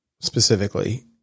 specifically